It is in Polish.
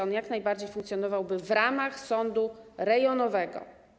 On jak najbardziej funkcjonowałby w ramach sądu rejonowego.